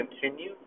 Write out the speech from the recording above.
continue